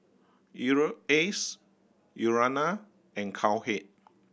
Europace Urana and Cowhead